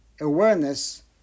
awareness